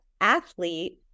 athlete